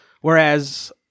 whereas